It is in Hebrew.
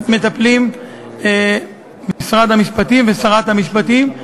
מטפלים משרד המשפטים ושרת המשפטים.